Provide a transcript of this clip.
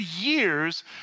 years